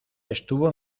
estuvo